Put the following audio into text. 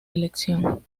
elección